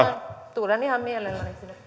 tulen ihan mielelläni